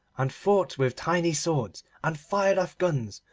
and fought with tiny swords, and fired off guns,